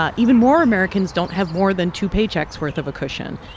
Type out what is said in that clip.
ah even more americans don't have more than two paychecks' worth of a cushion.